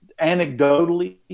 anecdotally